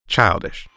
Childish